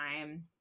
time